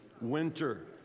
winter